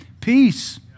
peace